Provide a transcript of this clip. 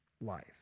life